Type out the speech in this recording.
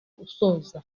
usoza